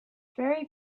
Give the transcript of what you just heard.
very